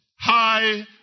High